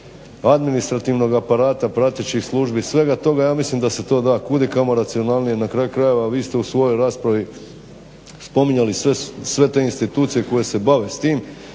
administrativnog aparata, pratećih službi, svega toga. Ja mislim da se to da kudikamo racionalnije na kraju krajeva vi ste u svojoj raspravi spominjali sve te institucije koje se bave s tim.